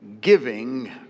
giving